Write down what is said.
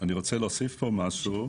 אני רוצה להוסיף פה משהו,